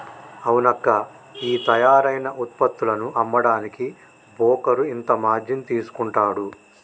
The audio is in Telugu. అవునక్కా ఈ తయారైన ఉత్పత్తులను అమ్మడానికి బోకరు ఇంత మార్జిన్ తీసుకుంటాడు